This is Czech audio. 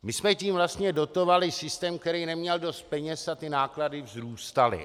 My jsme tím vlastně dotovali systém, který neměl dost peněz, a ty náklady vzrůstaly.